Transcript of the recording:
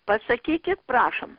pasakykit prašom